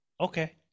okay